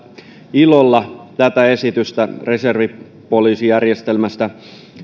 ilolla tätä esitystä reservipoliisijärjestelmästä